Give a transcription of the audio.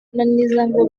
ngo